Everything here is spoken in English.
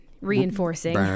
Reinforcing